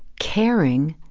caring,